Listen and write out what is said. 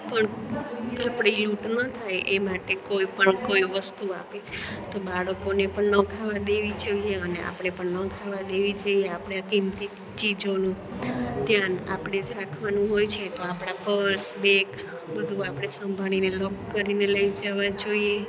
પણ આપળી લૂંટ ન થાય એ માટે કોઈપણ કોઈ વસ્તુ આપે તો બાળકોને પણ ન ખાવા દેવી જોઈએ અને આપણે પણ ન ખાવા દેવી જોઈએ આપળે આ કિંમતી ચીજોનું ધ્યાન આપળે જ રાખવાનું હોય છે તો આપણા પર્સ બેગ બધું આપણે સંભાળીને લોક કરીને લઈ જવા જોઈએ